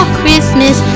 christmas